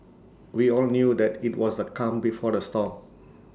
we all knew that IT was the calm before the storm